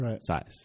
size